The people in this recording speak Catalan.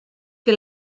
que